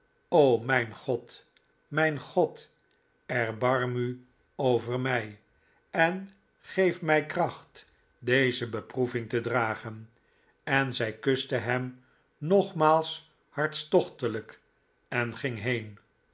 o mijn god mijn god erbarm ii over mij en geef mij kracht deze beproeving te dragen en zij kuste hem nogmaals hartstochtelijk en ging heen